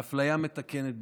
באפליה מתקנת,